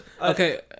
okay